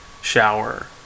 shower